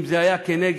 אם זה היה כנגד,